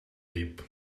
diep